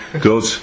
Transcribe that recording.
good